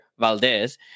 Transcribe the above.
Valdez